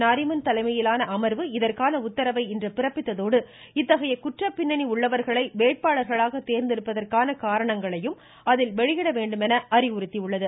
நரிமன் தலைமையிலான அமர்வு இதற்கான உத்தரவை இன்று பிறப்பித்ததோடு இத்தகைய குற்றப் பின்னணி உள்ளவர்களை வேட்பாளர்களாக தேர்ந்தெடுத்ததற்கான காரணங்களையும் அதில் வெளியிட வேண்டும் என்று அறிவுறுத்தியுள்ளது